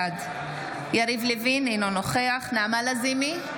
בעד יריב לוין, אינו נוכח נעמה לזימי,